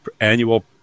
annual